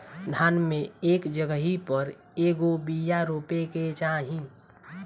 धान मे एक जगही पर कएगो बिया रोपे के चाही?